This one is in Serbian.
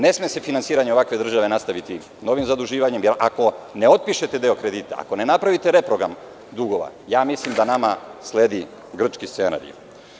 Ne sme se finansiranje države nastaviti novim zaduživanjem, ako ne otpišete deo kredita, ako ne napravite reprogram dugova, mislim da nama sledi grčki scenario.